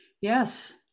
Yes